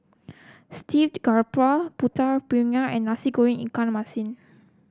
Steamed Garoupa Putu Piring and Nasi Goreng Ikan Masin